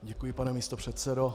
Děkuji, pane místopředsedo.